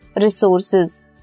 resources